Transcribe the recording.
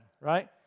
right